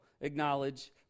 acknowledge